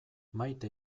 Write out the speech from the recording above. maite